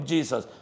Jesus